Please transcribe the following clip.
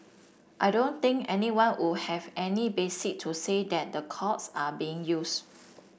I don't think anyone would have any basis to say that the courts are being used